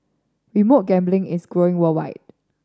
remote gambling is growing worldwide